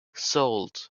sold